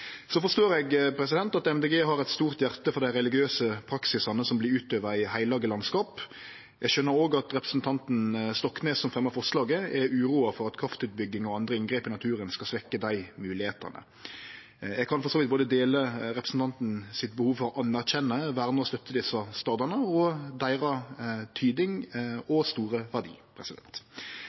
eit stort hjarte for dei religiøse praksisane som vert utøvde i heilage landskap. Eg skjønar òg at representanten Stoknes, som fremjar forslaget, er uroa for at kraftutbygging og andre inngrep i naturen skal svekkje dei moglegheitene. Eg kan for så vidt dele representanten sitt behov for å anerkjenne vern og støtte desse stadene og den store betydninga og